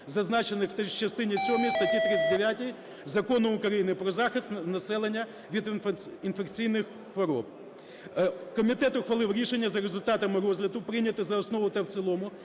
зазначених в частині сьомій статті 39 Закону України "Про захист населення від інфекційних хвороб. Комітет ухвалив рішення: за результатами розгляду прийняти за основу та в цілому